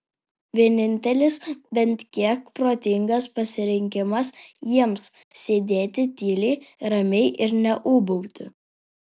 vienintelis bent kiek protingas pasirinkimas jiems sėdėti tyliai ramiai ir neūbauti